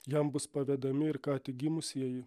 jam bus pavedami ir ką tik gimusieji